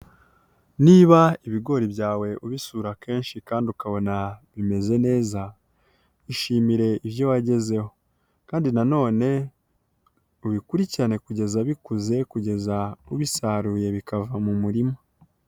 Niba ibigori byawe ubisura kenshi kandi ukabona bimeze neza ishimire ibyo wagezeho, kandi nanone ubikurikirane kugeza bikuze kugeza ubisaruye bikava mu murima.